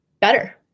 better